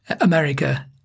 America